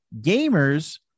Gamers